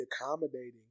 accommodating